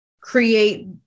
create